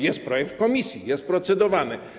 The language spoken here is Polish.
Jest projekt w komisji, jest procedowany.